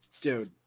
Dude